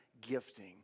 gifting